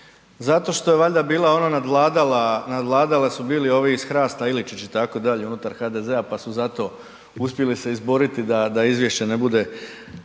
zato što je valjda bila ono nadvlada, nadvladala su bili ovi iz Hrasta Iličić itd., unutar HDZ-a pa su zato uspjeli se izboriti da izvješće ne bude